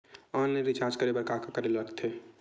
Online recharge करे बर का का करे ल लगथे?